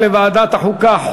לדיון מוקדם בוועדת החוקה,